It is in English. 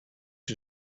his